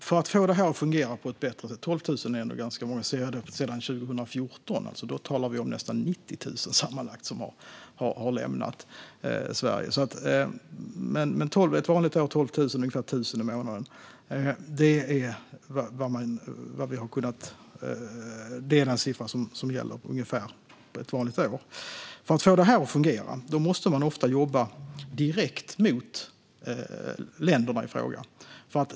Fru talman! 12 000 är ganska många, sedan 2014. Då talar vi alltså om nästan 90 000 sammanlagt som har lämnat Sverige. Men ett vanligt år är det 12 000 - ungefär 1 000 i månaden. Det är ungefär den siffra som gäller ett vanligt år. För att få detta att fungera måste man ofta jobba direkt mot länderna i fråga.